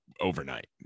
overnight